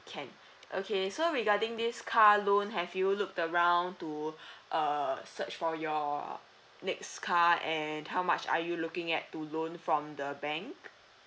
can okay so regarding this car loan have you looked around to err search for your next car and how much are you looking at to loan from the bank